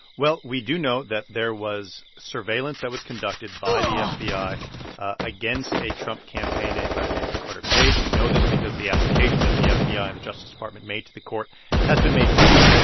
well, we do know that there was surveillance that was conducted by the ah fbi against a trump campaign aide by the name of carter page. we know this because the application that the fbi ah and the justice department made to the court has been made public.